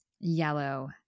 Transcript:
yellow